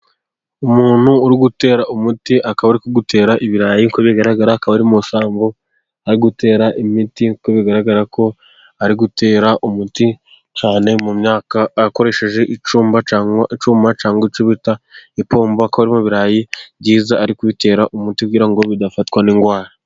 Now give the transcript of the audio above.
Umuntu uri gutera umuti akaba ari kuwutera ibirayi uko bigaragara akaba ari mu masambu ari gutera imiti, nk'uko bigaragarako ari gutera umuti cyane mu myaka akoresheje icyuma icyuma cyangwa icyo bita ipombo, akaba ari mu birayi byiza ari ku bitera umuti kugira ngo bidafatwa n'indwara.